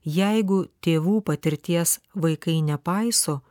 jeigu tėvų patirties vaikai nepaiso